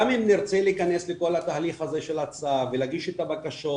גם אם נרצה להיכנס לכל התהליך הזה של הצו ולהגיש את הבקשות,